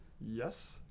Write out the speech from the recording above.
Yes